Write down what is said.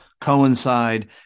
coincide